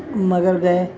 ਮਗਰ ਗਏ